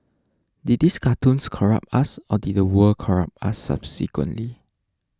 did these cartoons corrupt us or did the world corrupt us subsequently